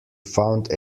found